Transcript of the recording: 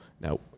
now